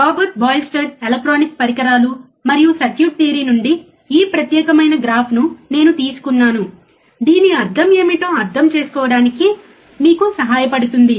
Robert Boylestad electronic పరికరాలు మరియు circuit theory Robert Boylestad Electronic Devices and Circuit Theory నుండి ఈ ప్రత్యేకమైన గ్రాఫ్ను నేను తీసుకున్నాను దీని అర్థం ఏమిటో అర్థం చేసుకోవడానికి మీకు సహాయపడుతుంది